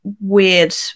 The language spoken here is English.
weird